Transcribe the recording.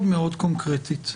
קונקרטית,